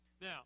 Now